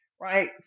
right